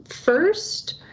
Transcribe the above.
first